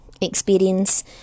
experience